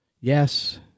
Yes